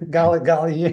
gal gal jie